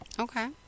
Okay